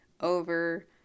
over